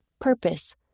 Purpose